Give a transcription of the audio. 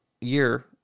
Year